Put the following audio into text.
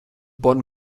bonn